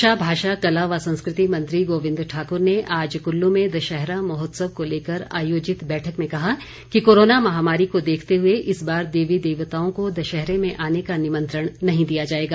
शिक्षा भाषा कला व संस्कृति मंत्री गोविंद ठाक्र ने आज कुल्लू में दशहरा महोत्सव को लेकर आयोजित बैठक में कहा कि कोरोना महामारी को देखते हुए इस बार देवी देवताओं को दशहरा में आने का निमंत्रण नहीं दिया जाएगा